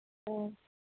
ꯑꯥ